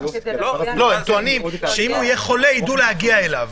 הם טוענים שאם הוא יהיה חולה הם ידעו להגיע אליו.